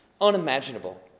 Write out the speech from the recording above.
unimaginable